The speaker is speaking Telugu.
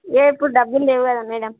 రేపు డబ్బులు లేవు కదా మేడం